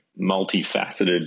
multifaceted